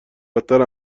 بدتر